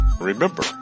remember